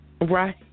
Right